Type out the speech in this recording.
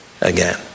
again